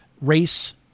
race